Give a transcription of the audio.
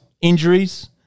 injuries